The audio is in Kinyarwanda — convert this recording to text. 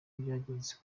byagenze